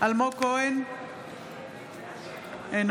אלמוג כהן, נגד מאיר כהן, בעד מירב כהן, אינה